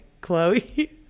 Chloe